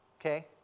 okay